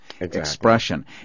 Expression